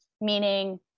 meaning